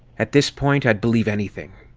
at this point, i'd believe anything,